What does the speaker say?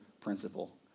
Principle